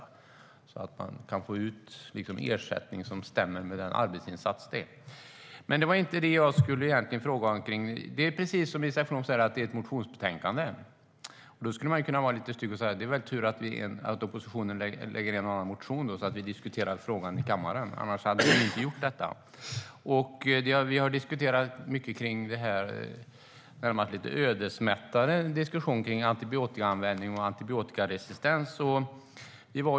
På så vis kan man få ut en ersättning som stämmer med den arbetsinsats som krävs. Vi har fört en närmast lite ödesmättad diskussion om antibiotikaanvändning och antibiotikaresistens.